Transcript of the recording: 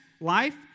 life